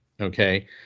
okay